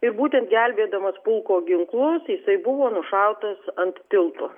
ir būtent gelbėdamas pulko ginklus jisai buvo nušautas ant tilto